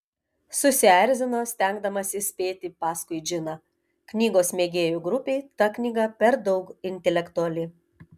susierzino stengdamasi spėti paskui džiną knygos mėgėjų grupei ta knyga per daug intelektuali